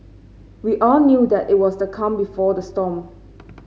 we all knew that it was the calm before the storm